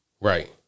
Right